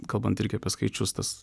kalbant ir gi